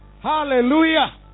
Hallelujah